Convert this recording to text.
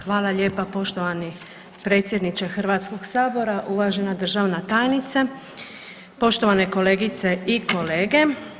Hvala lijepa poštovani predsjedniče Hrvatskog sabora, uvažena državna tajnice, poštovane kolegice i kolege.